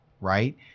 right